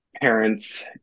parents